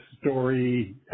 story